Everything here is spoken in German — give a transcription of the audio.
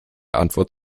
antwort